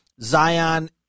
Zion